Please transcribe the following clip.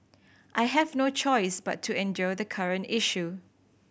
I have no choice but to endure the current issue